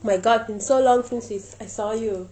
my god been so long since we I saw you